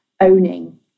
owning